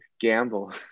gamble